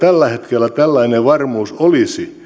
hetkellä tällainen varmuus olisi